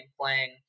playing